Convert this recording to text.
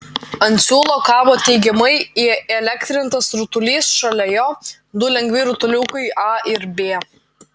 ant siūlo kabo teigiamai įelektrintas rutulys šalia jo du lengvi rutuliukai a ir b